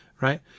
right